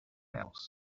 else